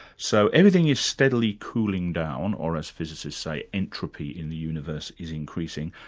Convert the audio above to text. so anything you're steadily cooling down, or as physicists say, entropy in the universe is increasing,